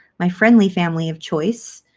my friendly family of choice